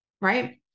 right